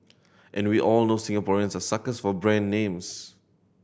and we all know Singaporeans are suckers for brand names